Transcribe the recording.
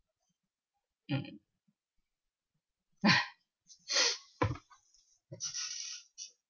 mm